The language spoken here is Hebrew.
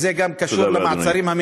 וזה גם קשור למעצרים, תודה רבה, אדוני.